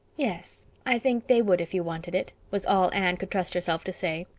yes, i think they would if you wanted it, was all anne could trust herself to say.